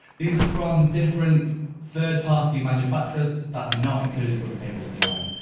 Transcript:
these are from different third party manufacturers, that are not included, with ableton live,